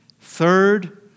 Third